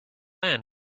clan